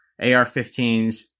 AR-15s